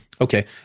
Okay